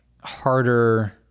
harder